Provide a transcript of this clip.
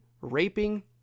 raping